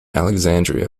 alexandria